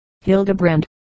Hildebrand